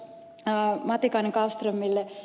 matikainen kallströmille